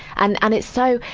and, and it's so,